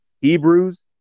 Hebrews